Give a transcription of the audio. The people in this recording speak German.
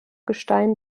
gestein